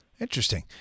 Interesting